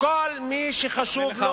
כל מי שחשוב לו,